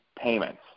payments